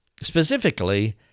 specifically